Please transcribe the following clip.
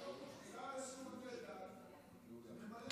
הוא השר לשירותי דת וממלא מקום,